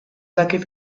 dakit